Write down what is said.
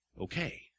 Okay